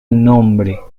nombre